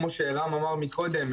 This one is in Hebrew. כמו שערן אמר מקודם,